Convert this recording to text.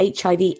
HIV